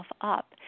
up